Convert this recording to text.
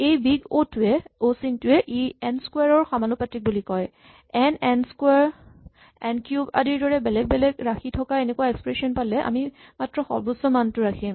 এই big O চিনটোৱে ই এন স্কোৱাৰ ৰ সমানুপাতিক বুলি কয় N N square N cube আদিৰ দৰে বেলেগ বেলেগ ৰাশি থকা এনেকুৱা এক্সপ্ৰেচন পালে আমি মাত্ৰ সৰ্বোচ্চ মানটো ৰাখিম